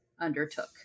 undertook